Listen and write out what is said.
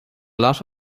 lot